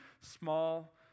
small